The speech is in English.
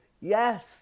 Yes